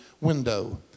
window